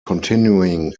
continuing